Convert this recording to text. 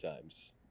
times